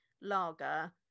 lager